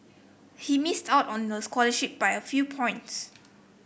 he missed out on the scholarship by a few points